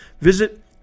Visit